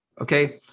Okay